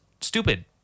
stupid